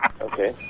Okay